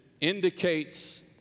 indicates